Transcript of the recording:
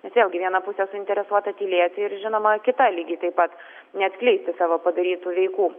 bet vėlgi viena pusė suinteresuota tylėti ir žinoma kita lygiai taip pat neatskleisti savo padarytų veikų